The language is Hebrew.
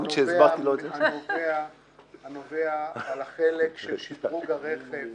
על החלק של שדרוג הרכב